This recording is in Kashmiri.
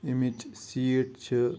ییٚمِچ سیٖٹ چھِ